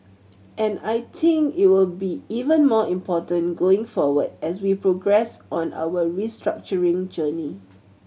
and I think it will be even more important going forward as we progress on our restructuring journey